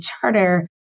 charter